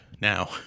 now